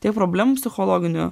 tiek problemų psichologinių